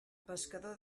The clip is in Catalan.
pescador